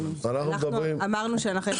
אנחנו אמרנו שאנחנו בעד